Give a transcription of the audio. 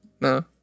No